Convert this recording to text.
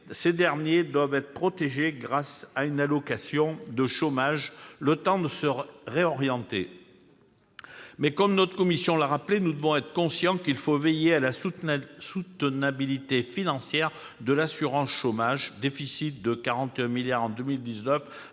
Ces derniers doivent être protégés grâce à une allocation de chômage, le temps de se réorienter. Mais, comme notre commission l'a rappelé, nous devons être conscients qu'il faut veiller à la soutenabilité financière de l'assurance chômage, dont la dette est de 41